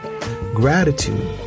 Gratitude